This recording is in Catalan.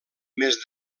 més